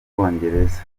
bwongereza